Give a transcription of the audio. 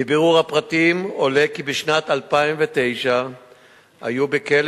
מבירור הפרטים עולה כי בשנת 2009 היו בכלא